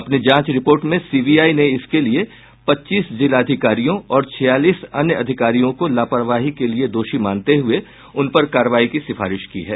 अपनी जांच रिपोर्ट में सीबीआई ने इसके लिए पच्चीस जिलाधिकारियों और छियालीस अन्य अधिकारियों को लापरवाही के लिए दोषी मानते हुए उन पर कार्रवाई की सिफारिश की है